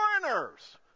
foreigners